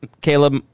Caleb